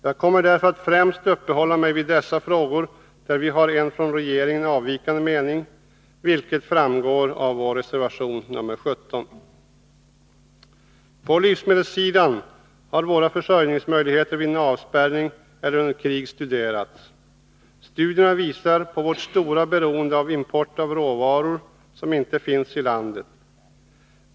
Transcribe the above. Jag kommer därför att främst uppehålla mig vid dessa frågor där vi har en från regeringen avvikande mening — vilket framgår av vår reservation nr 17. På livsmedelssidan har våra försörjningsmöjligheter vid en avspärrning eller under krig studerats. Studierna visar på vårt stora beroende av import av råvaror som inte finns i landet.